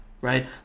right